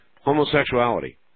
homosexuality